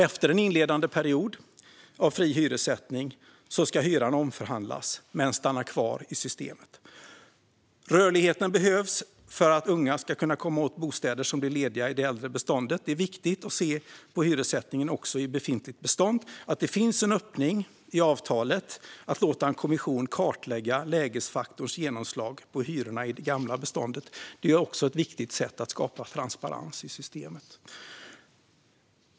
Efter en inledande period av fri hyressättning ska hyran omförhandlas men stanna kvar i systemet. Rörligheten behövs för att unga ska kunna komma åt bostäder som blir lediga i det äldre beståndet. Det är viktigt att titta på hyressättningen också i befintligt bestånd. Det finns en öppning i avtalet för att låta en kommission kartlägga lägesfaktorns genomslag på hyrorna i det gamla beståndet. Detta är också ett viktigt sätt att skapa transparens i systemet.